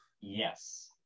Yes